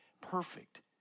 perfect